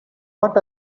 what